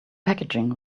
packaging